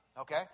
Okay